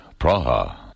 Praha